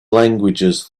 languages